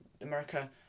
America